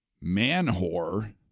man-whore